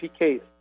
PKs